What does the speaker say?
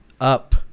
up